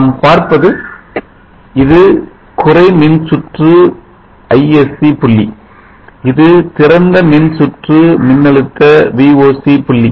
நாம்பார்ப்பது இது குறை மின்சுற்று Isc புள்ளி இது திறந்தமின்சுற்று மின்னழுத்த Voc புள்ளி